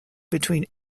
between